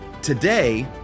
Today